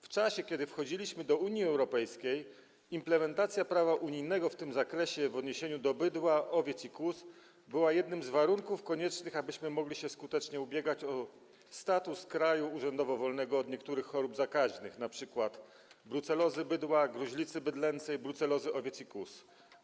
W czasie kiedy wchodziliśmy do Unii Europejskiej, implementacja prawa unijnego w tym zakresie w odniesieniu do bydła, owiec i kóz była jednym z warunków koniecznych, abyśmy mogli się skutecznie ubiegać o status kraju urzędowo wolnego od niektórych chorób zakaźnych, np. brucelozy bydła, gruźlicy bydlęcej, brucelozy owiec i kóz.